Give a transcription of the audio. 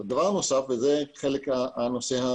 דבר נוסף הוא הנושא התפעולי.